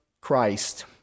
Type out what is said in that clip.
Christ